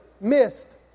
missed